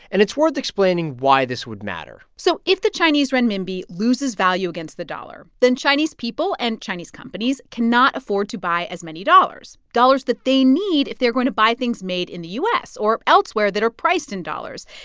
and it's worth explaining why this would matter so if the chinese renminbi loses value against the dollar, then chinese people and chinese companies cannot afford to buy as many dollars dollars that they need if they're going to buy things made in the u s. or elsewhere that are priced in dollars.